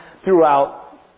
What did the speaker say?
throughout